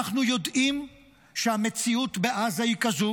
אנחנו יודעים שהמציאות בעזה היא כזאת